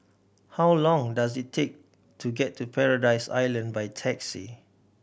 how long does it take to get to Paradise Island by taxi